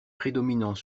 prédominant